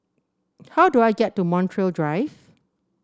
how do I get to Montreal Drive